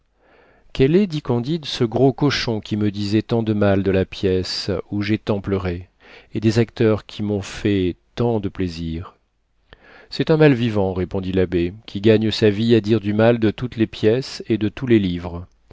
quel est dit candide ce gros cochon qui me disait tant de mal de la pièce où j'ai tant pleuré et des acteurs qui m'ont fait tant de plaisir c'est un mal vivant répondit l'abbé qui gagne sa vie à dire du mal de toutes les pièces et de tous les livres